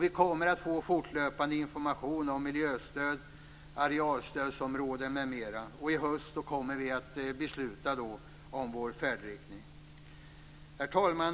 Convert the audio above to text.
Vi kommer att få fortlöpande information om miljöstöd, arealstödsområden m.m., och i höst kommer vi att besluta om vår färdriktning. Herr talman!